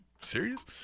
Serious